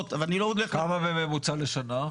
כמה בממוצע לשנה?